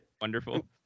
Wonderful